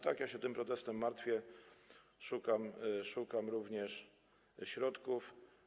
Tak, ja się tym protestem martwię, szukam również środków.